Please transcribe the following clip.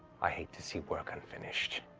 i hate to see work unfinished.